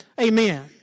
Amen